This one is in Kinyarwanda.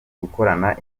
gukorana